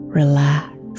relax